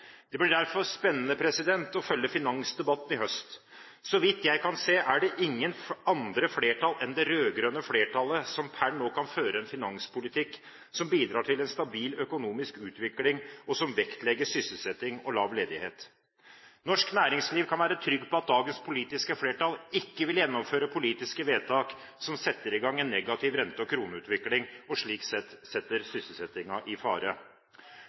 Det blir derfor spennende å følge finansdebatten i høst. Så vidt jeg kan se, er det ingen andre flertall enn det rød-grønne flertallet som per nå kan føre en finanspolitikk som bidrar til en stabil økonomisk utvikling, og som vektlegger sysselsetting og lav ledighet. Norsk næringsliv kan være trygg på at dagens politiske flertall ikke vil gjennomføre politiske vedtak som setter i gang en negativ rente- og kroneutvikling, og slik sett setter sysselsettingen i fare.